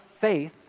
faith